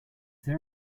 there